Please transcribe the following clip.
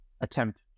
attempt